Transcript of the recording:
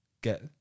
get